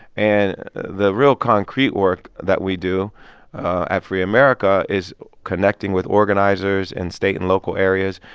and the real concrete work that we do at freeamerica is connecting with organizers in state and local areas,